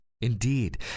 Indeed